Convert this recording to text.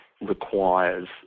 requires